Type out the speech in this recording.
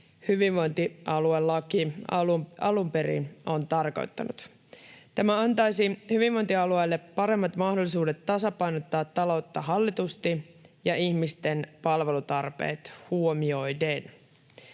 hyvinvointialuelaki alun perin on tarkoittanut. Tämä antaisi hyvinvointialueille paremmat mahdollisuudet tasapainottaa taloutta hallitusti ja ihmisten palvelutarpeet huomioiden.